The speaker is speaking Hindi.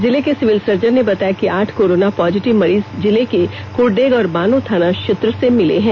जिले के सिविल सर्जन ने बताया कि आठ कोरोना पॉजिटिव मरीज जिले के करंडेग और बानो थाना क्षेत्र से मिले हैं